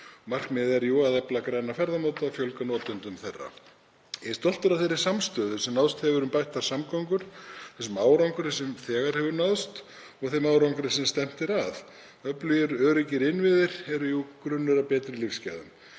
Markmiðið er að efla græna ferðamáta og fjölga notendum þeirra. Ég er stoltur af þeirri samstöðu sem náðst hefur um bættar samgöngur og þeim árangri sem þegar hefur náðst og þeim árangri sem stefnt er að. Öflugir og öruggir innviðir eru jú grunnurinn að betri lífsgæðum.